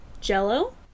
Jello